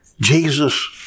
Jesus